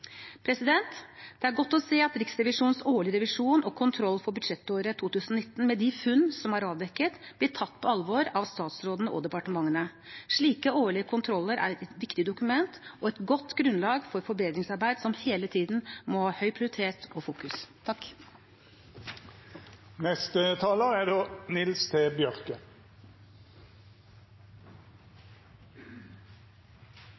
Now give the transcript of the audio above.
Det er godt å se at Riksrevisjonens årlige revisjon og kontroll for budsjettåret 2019 med de funn som er avdekket, blir tatt på alvor av statsrådene og departementene. Slike årlige kontroller er viktige dokument og et godt grunnlag for forbedringsarbeid som hele tiden må ha høy prioritet og være i fokus.